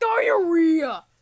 diarrhea